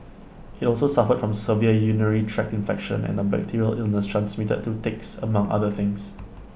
IT also suffered from severe urinary tract infection and A bacterial illness transmitted through ticks among other things